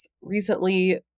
recently